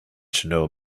should